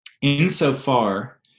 insofar